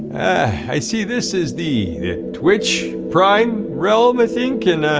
i see this is the twitch prime realm, i think? and,